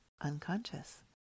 unconscious